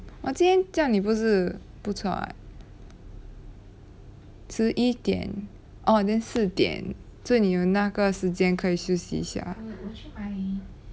哇今天这样你不是不错 [what] 十一点喔 then 四点所以你有那个时间可以休息一下